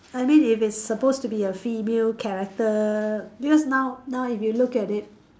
I mean if it's supposed to be a female character because now now if you look at it